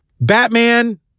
Batman